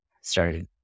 started